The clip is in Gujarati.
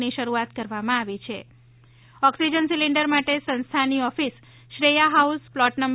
ની શરૂઆત કરવામાં આવીછે ઓક્સિજન સિલિન્ડર માટે સંસ્થાની ઓફિસ શ્રેયા હાઉસ પ્લોટ નં